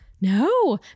No